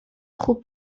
خوب